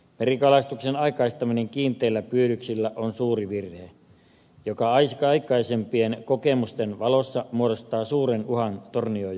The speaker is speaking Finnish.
merikalastuksen aikaistaminen kiinteillä pyydyksillä on suuri virhe joka aikaisempien kokemusten valossa muodostaa suuren uhan tornionjoen lohelle